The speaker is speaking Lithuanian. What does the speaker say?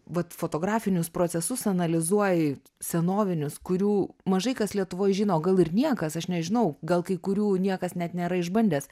vat fotografinius procesus analizuoji senovinius kurių mažai kas lietuvoj žino o gal ir niekas aš nežinau gal kai kurių niekas net nėra išbandęs